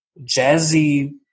jazzy